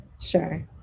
Sure